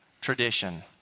tradition